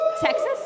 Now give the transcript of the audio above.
Texas